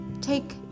take